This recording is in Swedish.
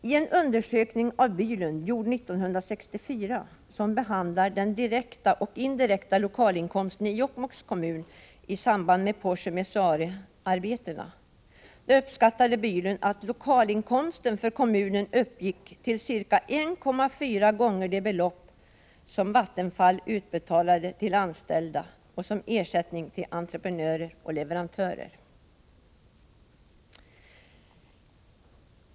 I en undersökning av Bylund, gjord 1964, som behandlar den direkta och indirekta lokalinkomsten i Jokkmokks kommun i samband med Porsi Messaure-arbetena uppskattade Bylund att lokalinkomsten för kommunen uppgick till ca 1,4 gånger det belopp som Vattenfall utbetalade till anställda och som ersättning till entreprenörer och leverantörer.